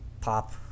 pop